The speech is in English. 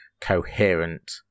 coherent